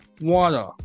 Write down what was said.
Water